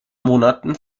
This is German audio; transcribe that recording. monaten